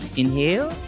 inhale